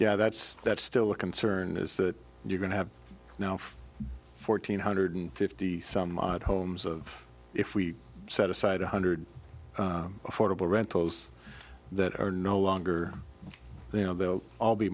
yeah that's that's still a concern is that you're going to have now fourteen hundred fifty some odd homes of if we set aside one hundred affordable rentals that are no longer you know they'll all be